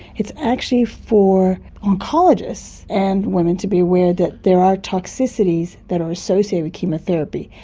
it's actually for oncologists and women to be aware that there are toxicities that are associated with chemotherapy,